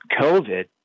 COVID